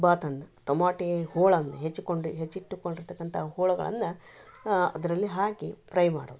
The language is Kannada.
ಬಾತನ್ನ ಟೊಮಾಟೆ ಹೋಳನ್ನ ಹೆಚ್ಚಿಕೊಂಡು ಹೆಚ್ಚಿಟ್ಟುಕೊಂಡಿರ್ತಕ್ಕಂಥ ಹೋಳುಗಳನ್ನ ಅದರಲ್ಲಿ ಹಾಕಿ ಪ್ರೈ ಮಾಡೋದು